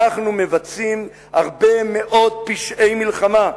אנחנו מבצעים הרבה מאוד פשעי מלחמה".